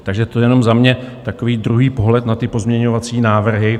Takže to jenom za mě takový druhý pohled na ty pozměňovací návrhy.